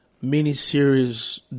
mini-series